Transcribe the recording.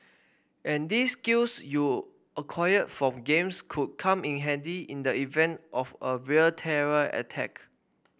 and these skills you acquired from games could come in handy in the event of a real terror attack